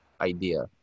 idea